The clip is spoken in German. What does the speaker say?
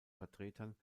vertretern